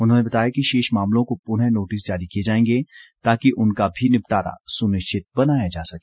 उन्होंने बताया कि शेष मामलों को पुनः नोटिस जारी किए जाएंगे ताकि उनका भी निपटारा सुनिश्चित बनाया जा सके